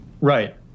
Right